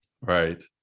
right